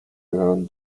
gehören